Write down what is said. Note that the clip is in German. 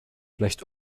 gleicht